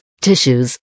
tissues